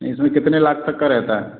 नहीं इसमें कितने लाख तक का रहता है